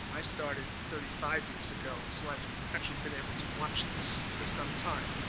i started thirty five years ago, so i've actually been able to watch this for some time.